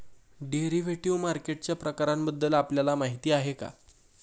Derivative मार्केटच्या प्रकारांबद्दल आपल्याला माहिती आहे का?